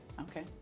Okay